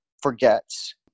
forgets